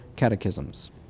Catechisms